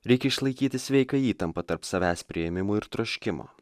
reikia išlaikyti sveiką įtampą tarp savęs priėmimo ir troškimo